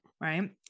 Right